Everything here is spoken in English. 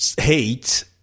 hate